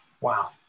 Wow